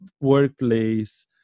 workplace